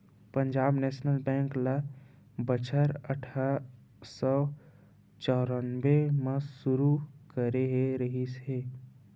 Punjab national bank ल बछर अठरा सौ चौरनबे म सुरू करे गे रिहिस हे